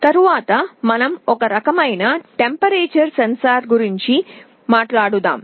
తరువాత మనం ఒక రకమైన టెంపరేచర్ సెన్సార్ గురించి మాట్లాడుదాం